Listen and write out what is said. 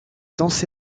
danse